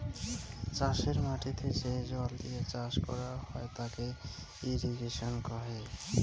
চাষের মাটিতে যে জল দিয়ে চাষ করং হউ তাকে ইরিগেশন কহে